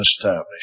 established